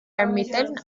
ermitteln